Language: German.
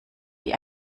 wie